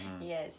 yes